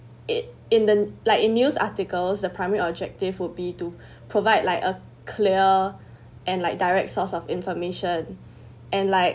it in the like in news articles the primary objective would be to provide like a clear and light direct source of information and like